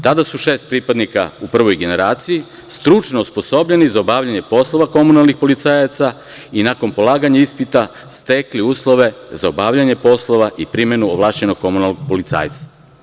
Tada su šest pripadnika u prvoj generaciji stručno osposobljenih za obavljanje poslova komunalnih policajaca i nakon polaganja ispita stekli uslove za obavljanje poslova i primenu ovlašćenog komunalnog policajca.